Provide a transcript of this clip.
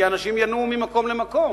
כי אנשים ינועו ממקום למקום.